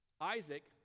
isaac